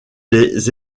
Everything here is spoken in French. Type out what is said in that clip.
des